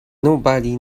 nobody